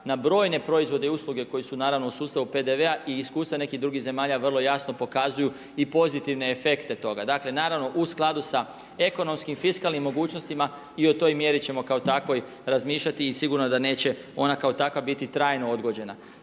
na brojne proizvode i usluge koje su naravno u sustavu PDV-a i iskustva nekih drugih zemalja vrlo jasno pokazuju i pozitivne efekte toga. Dakle, naravno u skladu sa ekonomskim, fiskalnim mogućnostima i o toj mjeri ćemo kao takvoj razmišljati i sigurno je da neće ona kao takva biti trajno odgođena.